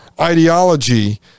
ideology